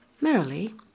Merrily